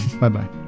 Bye-bye